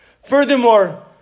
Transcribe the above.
Furthermore